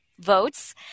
votes